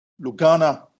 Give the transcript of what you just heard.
Lugana